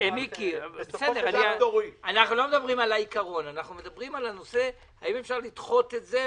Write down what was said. אנחנו לא מדברים על העיקרון אלא האם אפשר לדחות את זה